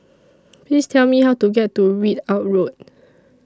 Please Tell Me How to get to Ridout Road